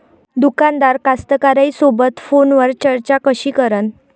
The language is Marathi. दुकानदार कास्तकाराइसोबत फोनवर चर्चा कशी करन?